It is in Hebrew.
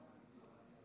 בבקשה.